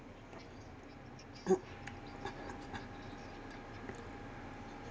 (Z>